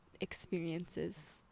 experiences